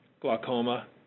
glaucoma